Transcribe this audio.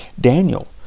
Daniel